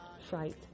fright